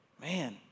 Man